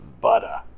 butter